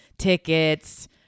Tickets